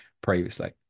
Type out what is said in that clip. previously